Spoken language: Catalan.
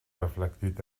reflectit